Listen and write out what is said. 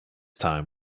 time